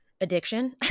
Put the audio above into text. addiction